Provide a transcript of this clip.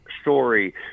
story